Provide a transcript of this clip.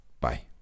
bye